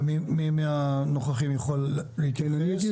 מי מהנוכחים יכול להתייחס?